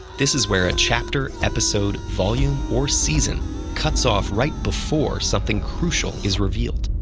this is where a chapter, episode, volume, or season cuts off right before something crucial is revealed,